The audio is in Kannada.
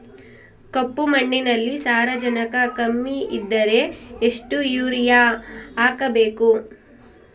ಕಪ್ಪು ಮಣ್ಣಿನಲ್ಲಿ ಸಾರಜನಕ ಕಮ್ಮಿ ಇದ್ದರೆ ಎಷ್ಟು ಯೂರಿಯಾ ಹಾಕಬೇಕು?